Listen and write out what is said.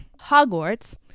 hogwarts